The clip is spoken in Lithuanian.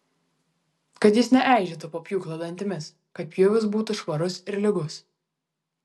kad jis neeižėtų po pjūklo dantimis kad pjūvis būtų švarus ir lygus